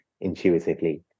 intuitively